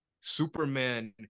Superman